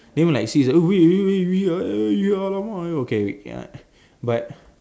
then like alamak okay ya but